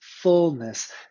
Fullness